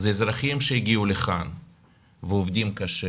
זה אזרחים שהגיעו לכאן ועובדים קשה